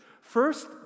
First